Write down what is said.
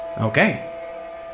Okay